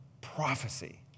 prophecy